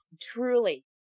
Truly